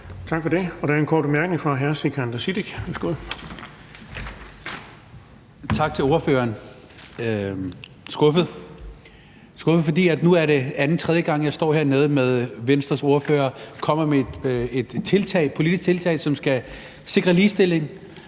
Tak for det. Der er en kort bemærkning fra hr. Sikandar Siddique. Værsgo. Kl. 13:56 Sikandar Siddique (UFG): Tak til ordføreren. Jeg er skuffet, for nu er det anden eller tredje gang, jeg står hernede med Venstres ordfører og kommer med et politisk tiltag, som skal sikre ligestilling.